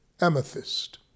Amethyst